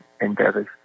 endeavors